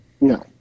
No